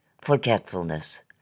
forgetfulness